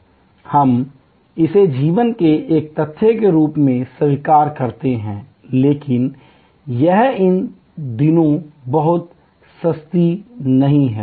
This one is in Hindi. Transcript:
हम इसे जीवन के एक तथ्य के रूप में स्वीकार करते हैं लेकिन यह इन दिनों बहुत सस्ती नहीं है